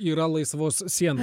yra laisvos sienos